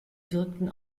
wirkten